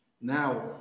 Now